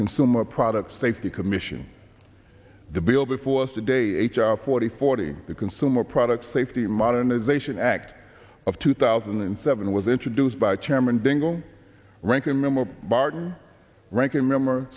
consumer product safety commission the bill before us today h r forty forty the consumer product safety modernization act of two thousand and seven was introduced by chairman dingell ranking member barton ranking member